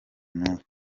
nubu